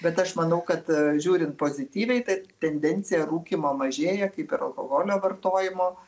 bet aš manau kad žiūrint pozityviai tai tendencija rūkymo mažėja kaip ir alkoholio vartojimo